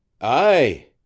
Aye